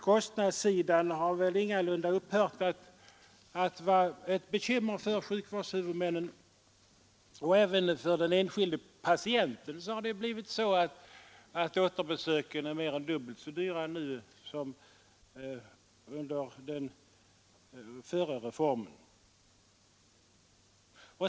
Kostnadssidan har väl ingalunda upphört att vara ett bekymmer för sjukvårdens huvudmän, och även för den enskilde patienten har återbesöken blivit mer än dubbelt så dyra nu som före reformen.